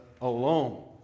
alone